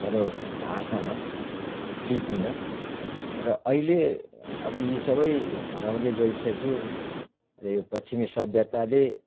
भनौँ भाषामा लिपिमा र अहिले अब यी सबै हराउँदै गइसक्यो र यो पश्चिमे सभ्यताले